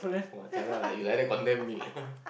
!wah! jialat lah you like that condemn me